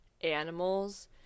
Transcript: animals